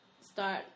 start